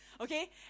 okay